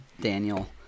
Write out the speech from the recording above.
Daniel